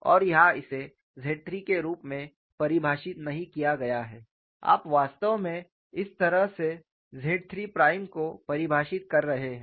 और यहां इसे ZIII के रूप में परिभाषित नहीं किया गया है आप वास्तव में इस तरह से ZIII प्राइम को परिभाषित कर रहे हैं